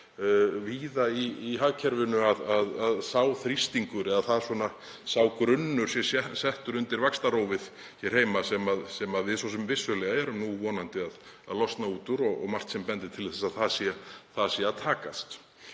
víða í hagkerfinu að sá þrýstingur eða sá grunnur sé settur undir vaxtarófið hér heima sem við erum vissulega og vonandi að losna út úr og margt sem bendir til að það sé að takast.